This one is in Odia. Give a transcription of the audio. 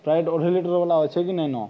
ସ୍ପ୍ରାଇଟ୍ ଅଢ଼େଇ ଲିଟର ବାଲା ଅଛି କି ନାଇଁନ